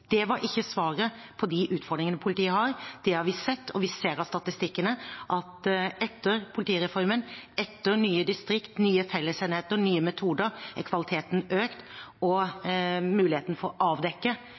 var ikke svaret på de utfordringene politiet har, det har vi sett. Vi ser av statistikkene at etter politireformen, etter nye distrikter, nye fellesenheter og nye metoder, er kvaliteten økt, og